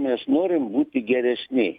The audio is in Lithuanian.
nes norim būti geresni